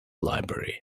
library